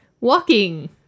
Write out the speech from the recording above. Walking